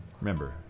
Remember